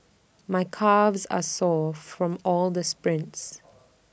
my calves are sore from all the sprints